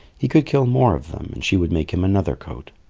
he could kill more of them and she would make him another coat.